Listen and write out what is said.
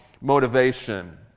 motivation